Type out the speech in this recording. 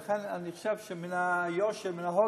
לכן, אני חושב שמן היושר, מן ההגינות,